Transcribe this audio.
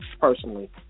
personally